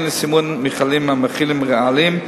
וכן מכלים המכילים "רעלים".